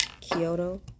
Kyoto